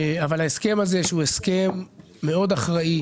ההסכם הזה מאוד אחראי,